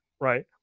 right